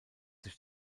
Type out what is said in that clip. sich